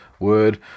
word